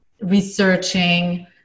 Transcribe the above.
researching